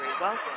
Welcome